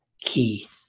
Key